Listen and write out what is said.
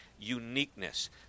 uniqueness